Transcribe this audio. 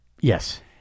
Yes